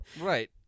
Right